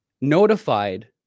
notified